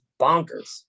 bonkers